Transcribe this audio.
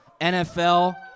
NFL